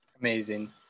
Amazing